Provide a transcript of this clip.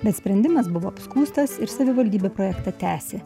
bet sprendimas buvo apskųstas ir savivaldybė projektą tęsė